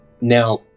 Now